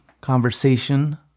conversation